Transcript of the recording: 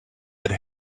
had